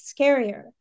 scarier